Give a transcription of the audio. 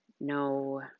no